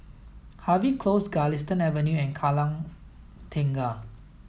Harvey Close Galistan Avenue and Kallang Tengah